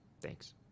thanks